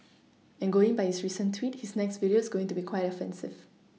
and going by his recent tweet his next video is going to be quite offensive